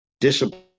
discipline